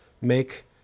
make